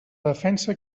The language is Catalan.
defensa